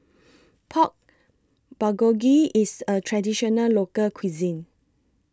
Pork Bulgogi IS A Traditional Local Cuisine